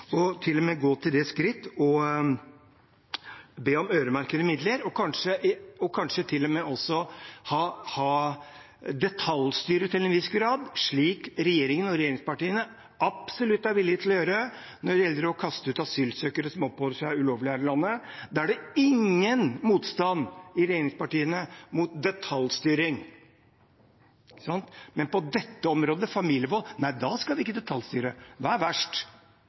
og til og med gå til det skritt å be om øremerkede midler – og kanskje til og med detaljstyre til en viss grad, slik regjeringen og regjeringspartiene absolutt er villig til å gjøre når det gjelder å kaste ut asylsøkere som oppholder seg ulovlig her i landet. Da er det ingen motstand i regjeringspartiene mot detaljstyring. Men på dette området, familievold, skal man ikke detaljstyre. Hva er verst?